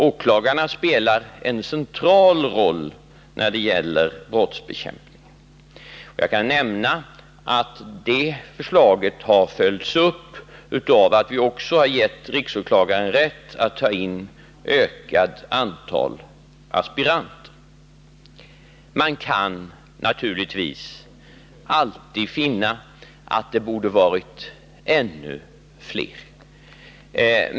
Åklagarna spelar en central roll när det gäller brottsbekämpningen. Jag kan nämna att det förslaget följts upp av att vi har gett riksåklagaren rätt att ta in ett ökat antal aspiranter. Man kan naturligtvis alltid finna att det borde ha varit ännu fler.